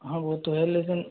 हाँ वो तो है लेकिन